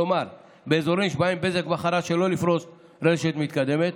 כלומר באזורים שבהם בזק בחרה שלא לפרוס רשת מתקדמת.